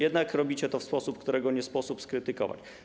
Jednak robicie to w sposób, którego nie można nie skrytykować.